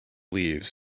leaves